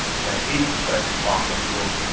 okay? eighty percent is fossil fuels.